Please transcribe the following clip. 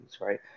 right